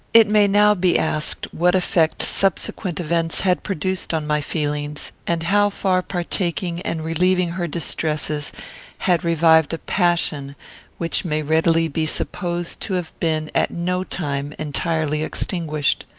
it may now be asked, what effect subsequent events had produced on my feelings, and how far partaking and relieving her distresses had revived a passion which may readily be supposed to have been, at no time, entirely extinguished.